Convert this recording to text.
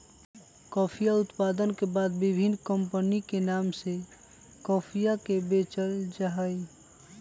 कॉफीया उत्पादन के बाद विभिन्न कमपनी के नाम से कॉफीया के बेचल जाहई